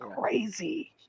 Crazy